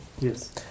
Yes